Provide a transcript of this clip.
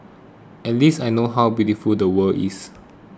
at least I know how beautiful the world is